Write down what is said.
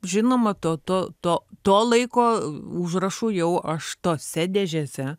žinoma to to to to laiko užrašų jau aš tose dėžėse